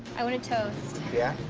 i want to toast. yeah?